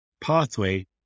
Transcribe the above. pathway